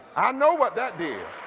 i know what that did.